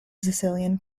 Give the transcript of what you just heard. sicilian